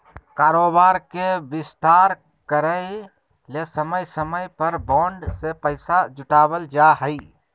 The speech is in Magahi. कारोबार के विस्तार करय ले समय समय पर बॉन्ड से पैसा जुटावल जा हइ